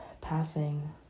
passing